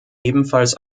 ebenfalls